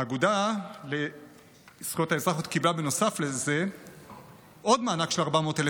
האגודה לזכויות האזרח עוד קיבלה נוסף לזה עוד מענק של 400,000